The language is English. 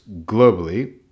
globally